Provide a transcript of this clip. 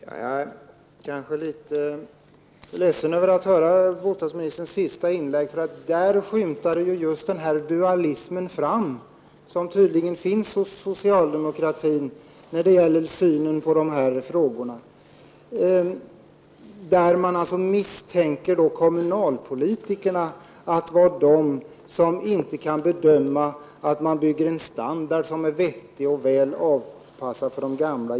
Fru talman! Jag är kanske litet ledsen över bostadsministerns senaste inlägg. Där framskymtade nämligen just den dualism som tydligen finns hos socialdemokraterna när det gäller synen på dessa frågor. Man misstänker alltså kommunalpolitikerna för att inte kunna bedöma situationen vid ombyggnader, så att man får en vettig och väl avpassad bostadsstandard för de gamla.